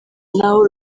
n’aho